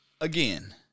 again